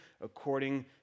according